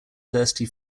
thirsty